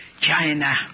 China